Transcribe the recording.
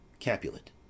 Capulet